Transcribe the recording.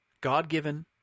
God-given